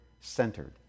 centered